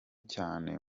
cyane